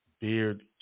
Beard